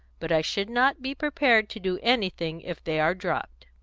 but i should not be prepared to do anything if they are dropped.